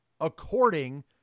according